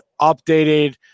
updated